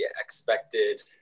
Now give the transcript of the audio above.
expected